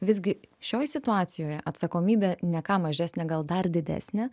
visgi šioj situacijoje atsakomybė ne ką mažesnė gal dar didesnė